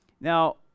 Now